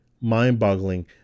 mind-boggling